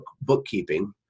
bookkeeping